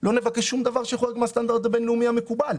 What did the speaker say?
לא נבקש שום דבר שחורג מהסטנדרט הבינלאומי המקובל.